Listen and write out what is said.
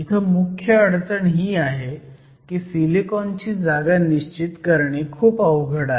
इथ मुख्य अडचण ही आहे की सिलिकॉनची जागा निश्चित करणे खूप अवघड आहे